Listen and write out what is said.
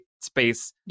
space